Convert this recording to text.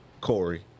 Corey